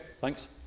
thanks